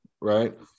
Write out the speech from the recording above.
right